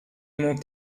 mont